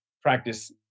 practice